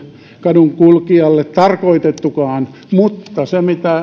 kadun kulkijalle tarkoitettukaan mutta se mitä edustaja